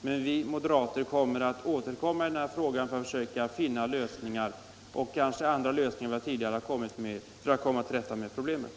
Men vi moderater skall återkomma i den här frågan för att försöka finna lösningar, och kanske andra lösningar än vi tidigare föreslagit, för att söka komma till rätta med problemet.